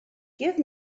give